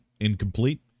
Incomplete